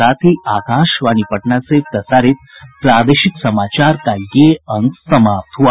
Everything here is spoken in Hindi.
इसके साथ ही आकाशवाणी पटना से प्रसारित प्रादेशिक समाचार का ये अंक समाप्त हुआ